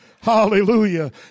Hallelujah